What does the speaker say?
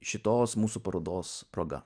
šitos mūsų parodos proga